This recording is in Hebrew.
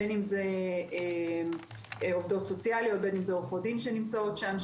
בין אם זה עובדות סוציאליות או עורכות דין שנמצאות שם,